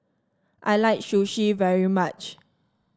I like Sushi very much